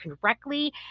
correctly